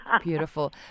Beautiful